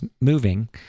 moving